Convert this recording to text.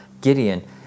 Gideon